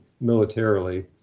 militarily